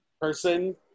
person